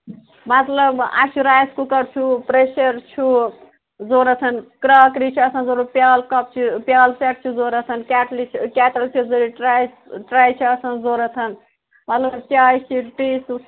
مطلب اَسہِ چھُ رایِس کُکَر چھُ پریشَر چھُ ضروٗرت کرٛاکری چھِ آسان ضروٗرت پیٛالہٕ کَپ چھِ پیٛالہٕ سٮ۪ٹ چھُ ضروٗرت کیٚٹلہِ چھِ کیٚٹٕل چھِ ضروٗرت ٹرٛے ٹرٛے چھِ آسان ضروٗرت مطلب چایہِ شیٖٹ